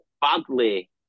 badly